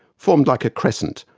formed like a crescent,